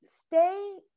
stay